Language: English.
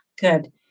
Good